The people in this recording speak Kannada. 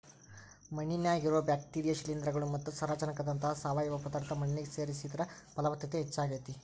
ಮಣ್ಣಿನ್ಯಾಗಿರೋ ಬ್ಯಾಕ್ಟೇರಿಯಾ, ಶಿಲೇಂಧ್ರಗಳು ಮತ್ತ ಸಾರಜನಕದಂತಹ ಸಾವಯವ ಪದಾರ್ಥ ಮಣ್ಣಿಗೆ ಸೇರಿಸಿದ್ರ ಪಲವತ್ತತೆ ಹೆಚ್ಚಾಗ್ತೇತಿ